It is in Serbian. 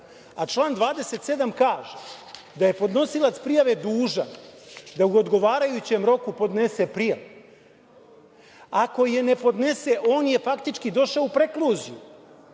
a član 27. kaže da je podnosilac prijave dužan da u odgovarajućem roku podnese prijavu. Ako je ne podnese on je faktički došao u prekluziju,